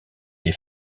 des